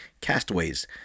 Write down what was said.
castaways